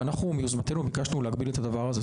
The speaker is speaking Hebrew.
לכן מיוזמתנו ביקשנו להגביל את הדבר הזה.